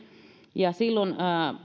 silloin